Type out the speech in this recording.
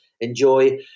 enjoy